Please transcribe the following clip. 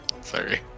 Sorry